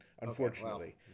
unfortunately